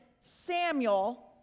Samuel